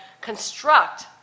construct